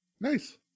Nice